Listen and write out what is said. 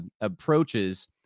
approaches